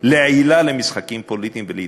לעילה למשחקים פוליטיים ולהתנגחות.